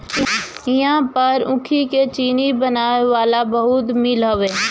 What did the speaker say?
इहां पर ऊखी के चीनी बनावे वाला बहुते मील हवे